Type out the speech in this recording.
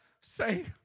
say